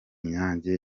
nyange